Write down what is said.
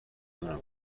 اونو